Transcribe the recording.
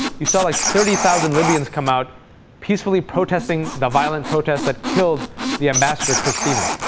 you saw like thirty thousand libyans come out peacefully protesting the violent protests that killed the ambassador chris stevens.